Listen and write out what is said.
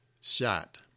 shot